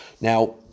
Now